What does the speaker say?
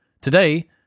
Today